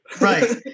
right